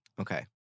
Okay